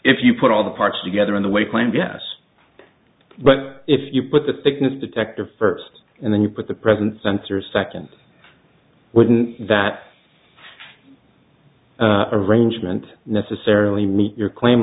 if you put all the parts together in the way planned yes but if you put the thickness detector first and then you put the present sensor second wouldn't that arrangement necessarily meet your claim